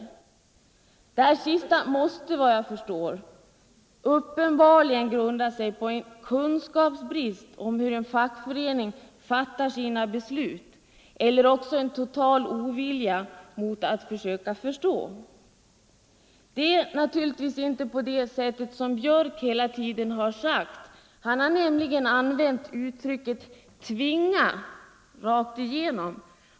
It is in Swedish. Detta sista måste såvitt jag förstår grunda sig på bristande kunskaper om hur en fackförening fattar sina beslut eller också på en total ovilja att förstå. Det är naturligtvis inte så som Anders Björck vill göra gällande när han genomgående använder ordet ”tvingat”.